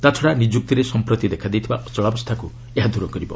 ତା'ଛଡା ନିଯୁକ୍ତିରେ ସମ୍ପ୍ରତି ଦେଖାଦେଇଥିବା ଅଚଳାବସ୍ଥାକୁ ଏହା ଦୂର କରିବ